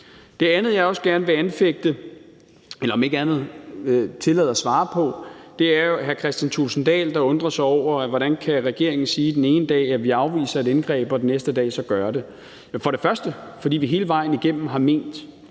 Det andet, jeg også gerne vil anfægte – eller om ikke andet tillade mig at svare på – er, at hr. Kristian Thulesen Dahl undrer sig over, hvordan regeringen den ene dag kan sige, at vi afviser et indgreb, og den næste dag så gør det. Det er for det første, fordi vi hele vejen igennem har ment,